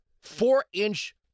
four-inch